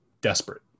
desperate